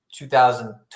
2012